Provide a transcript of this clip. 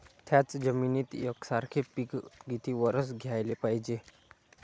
थ्याच जमिनीत यकसारखे पिकं किती वरसं घ्याले पायजे?